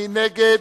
מי נגד?